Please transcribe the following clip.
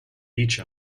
beach